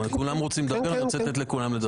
כולם רוצים לדבר, אני רוצה לתת לכולם לדבר.